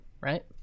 right